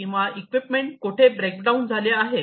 किंवा इक्विपमेंट कोठे ब्रेकडाऊन झाले आहे